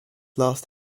last